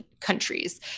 countries